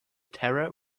terror